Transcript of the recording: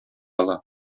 ала